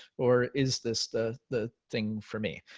or is this the the thing for me?